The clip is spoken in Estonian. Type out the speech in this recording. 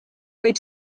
võib